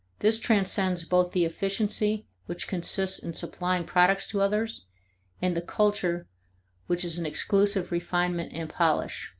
this transcends both the efficiency which consists in supplying products to others and the culture which is an exclusive refinement and polish.